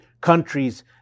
countries